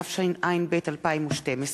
התשע"ב 2012,